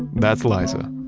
that's liza,